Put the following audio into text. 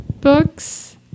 books